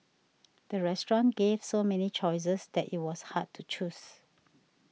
the restaurant gave so many choices that it was hard to choose